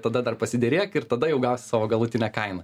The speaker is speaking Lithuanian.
tada dar pasiderėk ir tada jau gausi savo galutinę kainą